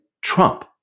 Trump